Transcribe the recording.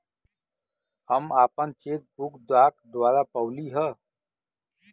हम आपन cheque book डाक द्वारा पउली है